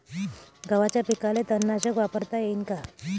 गव्हाच्या पिकाले तननाशक वापरता येईन का?